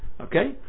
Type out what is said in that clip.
Okay